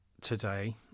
today